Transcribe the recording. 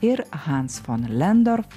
ir hans fon lendorf